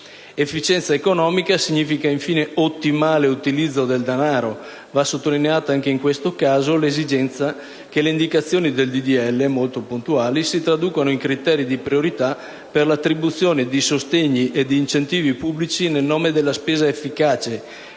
Efficienza economica significa infine ottimale utilizzo del danaro: va sottolineata anche in questo caso l'esigenza che le indicazioni del disegno di legge, molto puntuali, si traducano in criteri di priorità per l'attribuzione di sostegni ed incentivi pubblici nel nome della spesa efficace,